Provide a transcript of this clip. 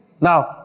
Now